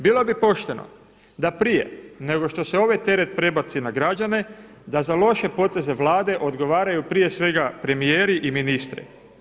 Bilo bi pošteno da prije nego što se ovaj teret prebaci na građane, da za loše poteze vlade odgovaraju prije svega premijeri i ministri.